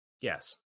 Yes